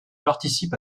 participe